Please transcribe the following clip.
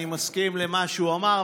אני מסכים למה שהוא אמר,